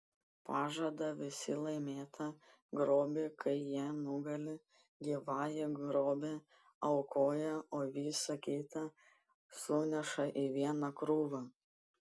pažada visą laimėtą grobį kai jie nugali gyvąjį grobį aukoja o visa kita suneša į vieną krūvą